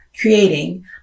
creating